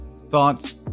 thoughts